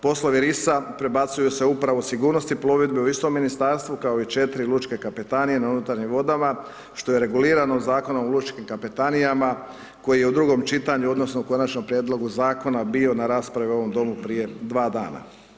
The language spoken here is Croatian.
Poslovni RIS-a prebacuju se upravo u sigurnosti plovidbe u istom ministarstvu kao i 4 lučke kapetanije na unutarnjim vodama što je regulirano Zakonom o lučkim kapetanijama koji je u drugom čitanju odnosno u konačnom prijedlogu zakona bi na raspravi u ovom Domu prije 2 dana.